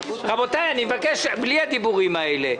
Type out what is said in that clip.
רבותיי, בבקשה, בלי הדיבורים האלה.